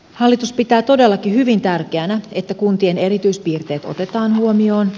hallitus pitää todellakin hyvin tärkeänä että kuntien erityispiirteet otetaan huomioon